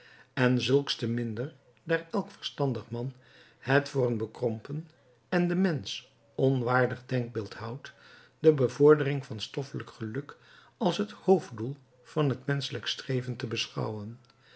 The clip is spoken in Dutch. en zulks te minder daar elk verstandig man het voor een bekrompen en den mensch onwaardig denkbeeld houdt de bevordering van stoffelijk geluk als het hoofddoel van het menschelijk streven te beschouwen